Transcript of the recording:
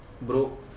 bro